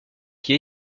qui